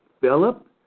Philip